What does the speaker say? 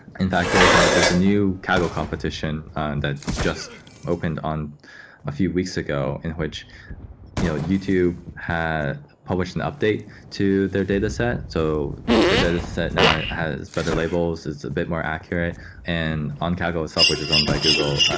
in fact, there's ah there's a new kaggle competition and that just opened on a few weeks ago in which you know youtube had published an update to their dataset. so the dataset now has better labels, it's a bit more accurate and on kaggle itself, which is owned by google.